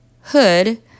Hood